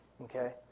Okay